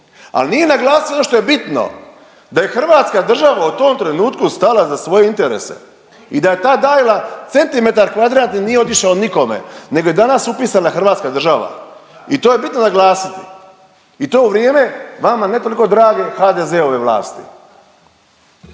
Al nije naglasio ono što je bitno, da je hrvatska država u tom trenutku stala za svoje interese i da je ta Dajla, centimetar kvadratni nije otišao nikome nego je danas upisana hrvatska država i to je bitno naglasiti i to u vrijeme vama ne toliko drage HDZ-ove vlasti.